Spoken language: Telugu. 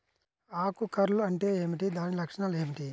ఆకు కర్ల్ అంటే ఏమిటి? దాని లక్షణాలు ఏమిటి?